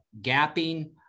gapping